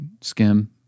skim